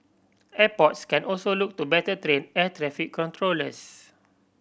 airports can also look to better train air traffic controllers